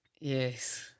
Yes